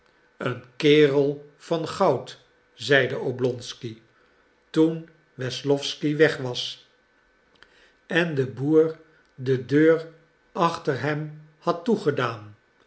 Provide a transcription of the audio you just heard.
een kerel van goud zeide oblonsky toen wesslowsky weg was en de boer de deur achter hem had toegedaan